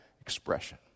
expression